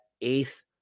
eighth